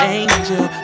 angel